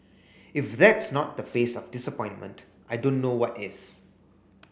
if that's not the face of disappointment I don't know what is